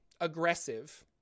aggressive